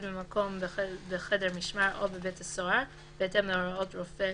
במקום בחדר משמר או בבית סוהר בהתאם להוראת רופא